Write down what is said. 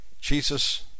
Jesus